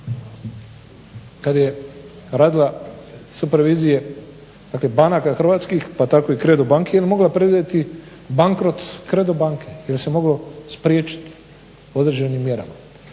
kad je radila sa revizije banaka hrvatskih pa tako i Kredo banki, mogla je predvidjeti bankrot Kredo banke jer se moglo spriječiti određenim mjerama.